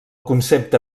concepte